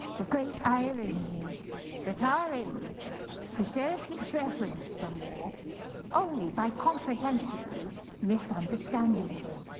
the great irony is that our age preserves its reverence for more only by comprehensively misunderstanding him.